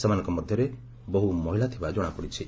ସେମାନଙ୍କ ମଧ୍ୟରେ ବହୁ ମହିଳା ଥିବା ଜଣାପଡ଼ିଛି